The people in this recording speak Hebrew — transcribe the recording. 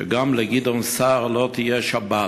שגם לגדעון סער לא תהיה שבת.